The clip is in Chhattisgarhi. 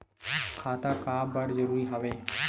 खाता का बर जरूरी हवे?